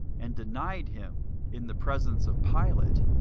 and denied him in the presence of pilate,